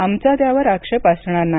आमचा त्यावर आक्षेप असणार नाही